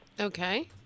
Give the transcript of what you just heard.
Okay